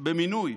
במינוי